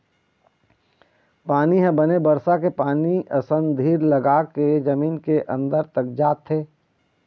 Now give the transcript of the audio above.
पानी ह बने बरसा के पानी असन धीर लगाके जमीन के अंदर तक जाथे